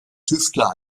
tüftler